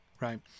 Right